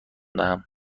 دهم